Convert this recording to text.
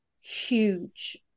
huge